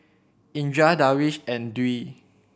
Indra Darwish and Dwi